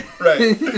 Right